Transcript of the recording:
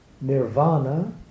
nirvana